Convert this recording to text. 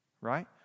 Right